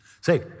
Say